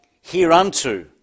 hereunto